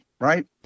right